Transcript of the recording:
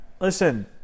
Listen